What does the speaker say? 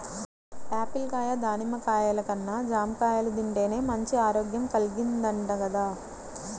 Apple కాయ, దానిమ్మ కాయల కన్నా జాంకాయలు తింటేనే మంచి ఆరోగ్యం కల్గిద్దంట గదా